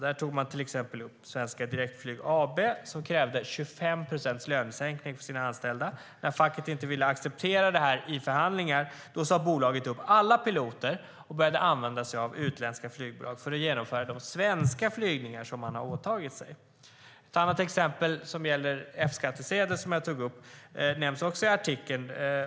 Man tog upp företaget Svenska Direktflyg AB, som har krävt 25 procents lönesänkning av sina anställda. När facket inte ville acceptera detta i förhandlingar sade bolaget upp alla piloter och började använda sig av utländska flygbolag för att genomföra de svenska flygningar företaget har åtagit sig. Ett annat exempel som jag har tagit upp gäller F-skattsedlar och nämns också i artikeln.